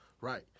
Right